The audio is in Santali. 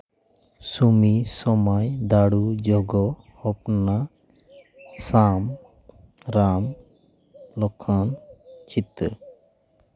ᱥᱩᱢᱤ ᱥᱳᱢᱟᱭ ᱫᱟᱲᱩ ᱡᱚᱜᱚ ᱦᱚᱯᱱᱟ ᱥᱟᱢ ᱨᱟᱢ ᱞᱚᱠᱠᱷᱚᱱ ᱪᱷᱤᱛᱟᱹ